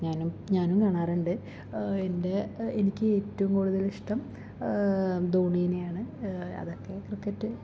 ഞാനും ഞാനും കാണാറുണ്ട് എൻ്റെ എനിക്ക് ഏറ്റവും കൂടുതൽ ഇഷ്ടം ധോണിനെയാണ് അതൊക്കെ ക്രിക്കറ്റ്